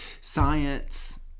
science